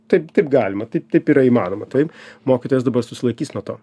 taip taip galima taip taip yra įmanoma taip mokytojas dabar susilaikys nuo to